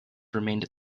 remained